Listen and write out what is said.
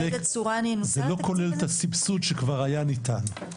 זה לא כולל את הסבסוד שכבר היה ניתן,